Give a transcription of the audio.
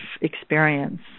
experience